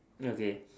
okay